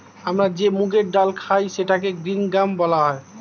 আমরা যে মুগের ডাল খাই সেটাকে গ্রীন গ্রাম বলা হয়